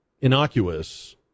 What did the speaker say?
innocuous